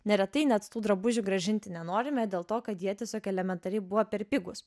neretai net tų drabužių grąžinti nenorime dėl to kad jie tiesiog elementariai buvo per pigūs